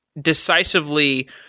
decisively